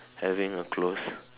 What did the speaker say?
having a close